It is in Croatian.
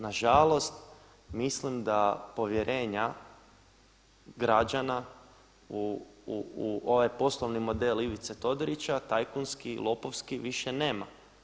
Na žalost mislim da povjerenja građana u ovaj poslovni model Ivice Todorića tajkunski, lopovski više nema.